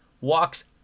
walks